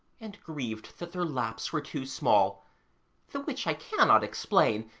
and grieved that their laps were too small, the which i cannot explain,